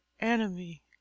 enemy